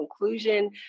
conclusion